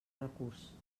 recurs